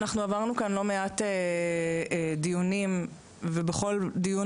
אנחנו עברנו כאן לא מעט דיונים ובכל דיון